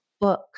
book